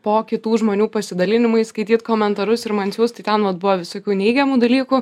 po kitų žmonių pasidalinimais skaityt komentarus ir man siųst tai ten vat buvo visokių neigiamų dalykų